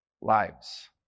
lives